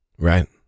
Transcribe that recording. Right